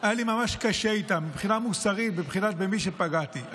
היה לי ממש קשה מבחינה מוסרית ומבחינת מי שפגעתי בו.